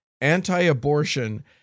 anti-abortion